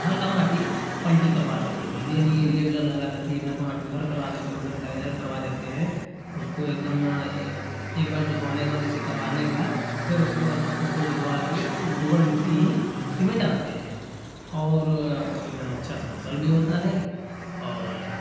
हल्का माटी पलटी करवा देते हैं रेनी लेब्लर लगा करके इधर का माटी उधर करवा देते हैं उधर का इधर करवा देते है उसको एकदम एक बार जुतवाने के बाद ऐसे करवाने के बाद फ़िर उसके बाद उस उसको जुतवा करके तो गोबर मिट्टी ही उसी में डालते है और एकदम अच्छा से फसल भी होता है और